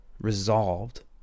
resolved